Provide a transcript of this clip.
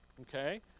Okay